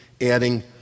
adding